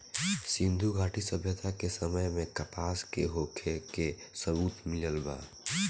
सिंधुघाटी सभ्यता के समय में कपास के होखे के सबूत मिलल बा